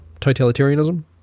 totalitarianism